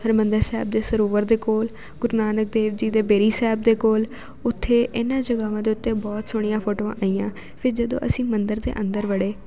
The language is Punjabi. ਹਰਿਮੰਦਰ ਸਾਹਿਬ ਦੇ ਸਰੋਵਰ ਦੇ ਕੋਲ ਗੁਰੂ ਨਾਨਕ ਦੇਵ ਜੀ ਦੇ ਬੇਰੀ ਸਾਹਿਬ ਦੇ ਕੋਲ ਉੱਥੇ ਇਹਨਾਂ ਜਗਾਂਵਾਂ ਦੇ ਉੱਤੇ ਬਹੁਤ ਸੋਹਣੀਆਂ ਫੋਟੋਆਂ ਆਈਆਂ ਫਿਰ ਜਦੋਂ ਅਸੀਂ ਮੰਦਿਰ ਦੇ ਅੰਦਰ ਵੜੇ